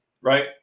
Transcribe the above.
Right